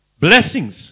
Blessings